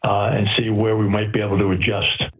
and see where we might be able to adjust.